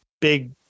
big